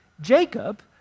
Jacob